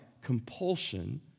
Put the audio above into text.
compulsion